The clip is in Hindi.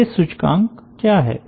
विशेष सूचकांक क्या हैं